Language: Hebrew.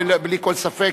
בלי כל ספק,